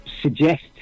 suggest